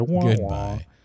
goodbye